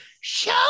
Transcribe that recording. show